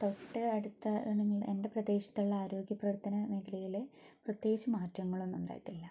തൊട്ട് അടുത്ത എൻ്റെ പ്രദേശത്തുള്ള ആരോഗ്യ പ്രവർത്തന മേഖലയിൽ പ്രത്യേകിച്ച് മാറ്റങ്ങളൊന്നും ഉണ്ടായിട്ടില്ല